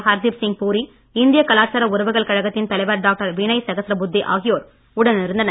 ஹர்தீப் சிங் பூரி இந்திய கலாச்சார உறவுகள் கழகத்தின் தலைவர் டாக்டர் வினய் சகஸ்ரபுத்தே ஆகியோர் உடன் இருந்தனர்